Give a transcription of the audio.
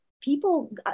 people